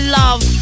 love